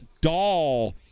doll